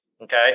Okay